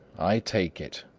i take it.